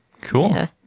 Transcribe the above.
Cool